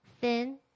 thin